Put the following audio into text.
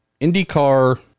IndyCar